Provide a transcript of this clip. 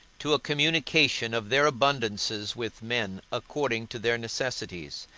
to a communication of their abundances with men according to their necessities,